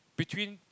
between